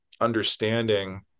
understanding